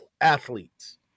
athletes